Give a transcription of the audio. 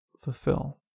fulfill